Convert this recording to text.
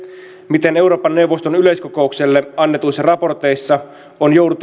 miten euroopan neuvoston yleiskokoukselle annetuissa raporteissa on